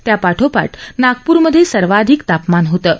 त्यापाठोपाठ नागपूरमध्ये सर्वाधिक तापमान होतं